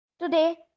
Today